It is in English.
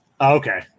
Okay